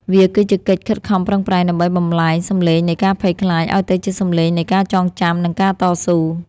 វាគឺជាកិច្ចខិតខំប្រឹងប្រែងដើម្បីបំប្លែងសម្លេងនៃការភ័យខ្លាច ឱ្យទៅជាសម្លេងនៃការចងចាំ និងការតស៊ូ